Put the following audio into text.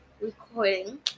recording